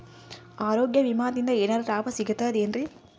ಆರೋಗ್ಯ ವಿಮಾದಿಂದ ಏನರ್ ಲಾಭ ಸಿಗತದೇನ್ರಿ?